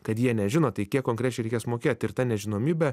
kad jie nežino tai kiek konkrečiai reikės mokėt ir ta nežinomybė